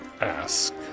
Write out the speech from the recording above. ask